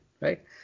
Right